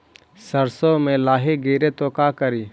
सरसो मे लाहि गिरे तो का करि?